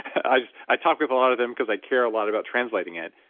i just, i talk with a lot of them because i care a lot about translating it.